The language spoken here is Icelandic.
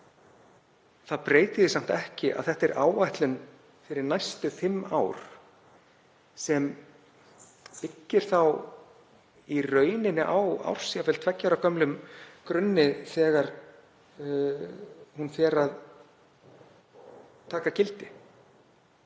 Það breytir því samt ekki að þetta er áætlun fyrir næstu fimm ár sem byggir þá í rauninni á árs, jafnvel tveggja ára, gömlum grunni þegar hún fer að taka gildi.